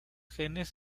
genes